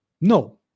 No